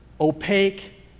opaque